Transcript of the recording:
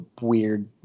weird